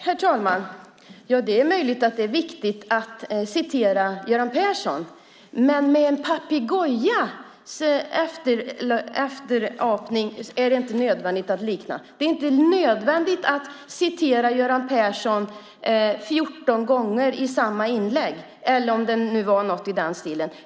Herr talman! Det är möjligt att det är viktigt att citera Göran Persson, men en papegojas sätt att upprepa är det inte nödvändigt att försöka likna. Det är inte nödvändigt att citera Göran Persson 14 gånger i samma inlägg, eller om det nu var något i den stilen.